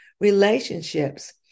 relationships